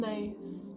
nice